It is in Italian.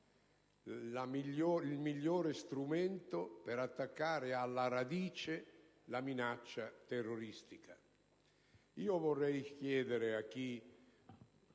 il migliore strumento per attaccare alla radice la minaccia terroristica.